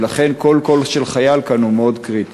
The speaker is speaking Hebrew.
ולכן כל קול של חייל כאן הוא מאוד קריטי.